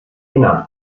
genannt